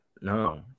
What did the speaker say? No